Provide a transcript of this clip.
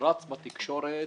רץ בתקשורת